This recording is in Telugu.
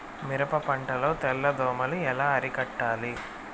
మిరప పంట లో తెల్ల దోమలు ఎలా అరికట్టాలి?